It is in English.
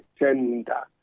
agenda